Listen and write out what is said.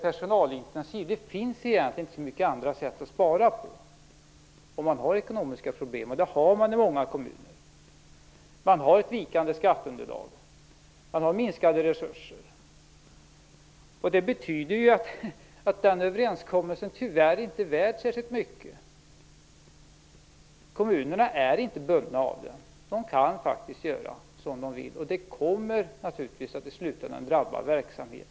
Det finns egentligen inte så många andra sätt att spara, om man har ekonomiska problem, och det har man i många kommuner. Man har ett vikande skatteunderlag och minskade resurser. Detta betyder att överenskommelsen tyvärr inte är värd särskilt mycket. Kommunerna är inte bundna av den. De kan faktiskt göra som de vill, och det kommer naturligtvis att i slutändan drabba verksamhet.